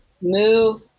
move